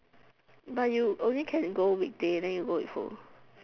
but you only can go weekday then you go with who